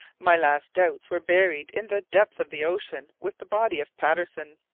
my last doubts were buried in the depths of the ocean with the body of patterson.